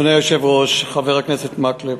אדוני היושב-ראש, חבר הכנסת מקלב,